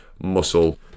muscle